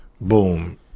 Boom